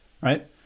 right